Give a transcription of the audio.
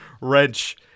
wrench